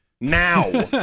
now